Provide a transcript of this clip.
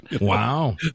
Wow